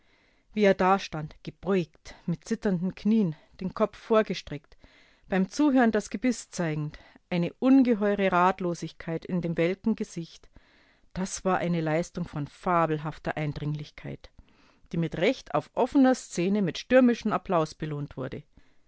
wie er dastand gebeugt mit zitternden knien den kopf vorgestreckt beim zuhören das gebiß zeigend eine ungeheure ratlosigkeit in dem welken gesicht das war eine leistung von fabelhafter eindringlichkeit die mit recht auf offener szene mit stürmischem applaus belohnt wurde